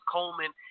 Coleman